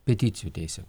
peticijų teisė